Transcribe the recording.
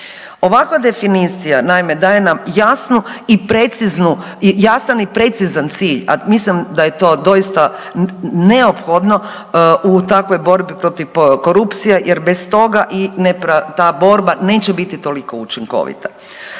Ovakva definicija naime daje nam jasnu i preciznu, jasan i precizan cilj, a mislim da je to doista neophodno u takvoj borbi protiv korupcije jer bez toga i ta borba neće biti toliko učinkovita.